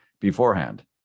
beforehand